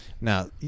Now